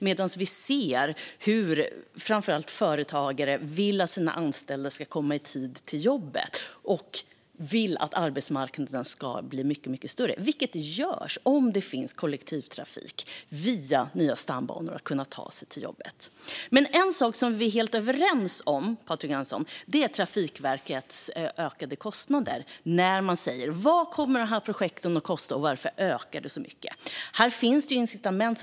Men företagen vill ju att deras anställda ska komma i tid till jobbet och att arbetsmarknaden ska bli mycket större. Och det kan den bli om det finns kollektivtrafik på nya stambanor att ta sig till jobbet med. En sak som Patrik Jönsson och jag är överens om är Trafikverkets ökade kostnader för projekt.